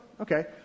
Okay